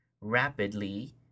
rapidly